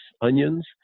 onions